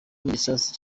n’igisasu